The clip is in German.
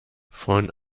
von